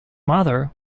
mother